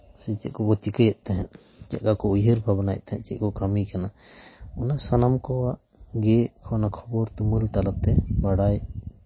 ᱥᱮ ᱪᱮᱫ ᱠᱚᱠᱚ ᱪᱤᱠᱟᱹᱭᱮᱫ ᱛᱟᱦᱮᱸᱫ ᱪᱮᱫ ᱞᱮᱠᱟ ᱠᱚ ᱩᱭᱦᱟᱹᱨ ᱵᱷᱟᱵᱽᱱᱟᱭᱮᱫ ᱛᱟᱦᱮᱸᱫ ᱪᱮᱫ ᱠᱚ ᱠᱟᱹᱢᱤ ᱠᱟᱱᱟ ᱚᱱᱟ ᱥᱟᱱᱟᱢ ᱠᱚᱣᱟᱜ ᱜᱮ ᱚᱱᱟ ᱠᱷᱚᱵᱚᱨ ᱛᱩᱢᱟᱹᱞ ᱛᱟᱞᱟᱛᱮ ᱵᱟᱲᱟᱭ